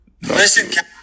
listen